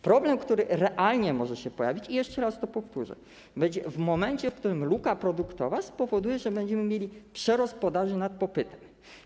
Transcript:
Problem, który realnie może się pojawić - jeszcze raz to powtórzę - będzie w momencie, w którym luka produktowa spowoduje, że będziemy mieli przerost podaży nad popytem.